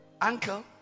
Uncle